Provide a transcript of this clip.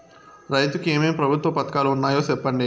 రైతుకు ఏమేమి ప్రభుత్వ పథకాలు ఉన్నాయో సెప్పండి?